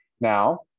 now